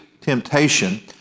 temptation